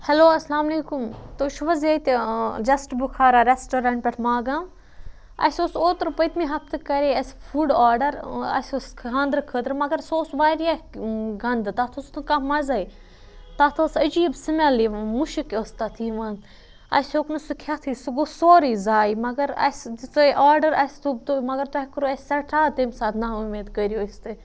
hello السلامُ علیکُم تُہۍ چھُو حظ ییٚتہِ جَسٹہٕ بُخارا رٮ۪سٹورنٛٹ پٮ۪ٹھ ماگام اَسہِ اوس اوترٕ پٔتمہِ ہفتہٕ کَرے اَسہِ فُڈ آرڈَر اَسہِ اوس خاندرٕ خٲطرٕ مَگر سُہ اوس واریاہ گنٛدٕ تَتھ اوس نہٕ کانٛہہ مَزَے تَتھ ٲس عجیٖب سِمٮ۪ل یہِ مُشُک اوس تَتھ یِوان اَسہِ ہیوٚک نہٕ سُہ کھٮ۪تھٕے سُہ گوٚو سورُے زایہِ مگر اَسہِ دِژیے آرڈَر اَسہِ توٚگ تہٕ مگر تۄہہِ کوٚروُ اَسہِ سٮ۪ٹھاہ تیٚمہِ ساتہٕ نااُمید کٔرِو أسۍ تۄہہِ